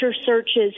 searches